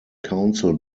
council